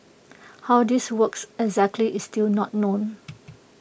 how this works exactly is still not known